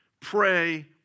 pray